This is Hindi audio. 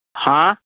हाँ